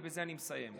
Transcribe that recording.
ובזה אני מסיים.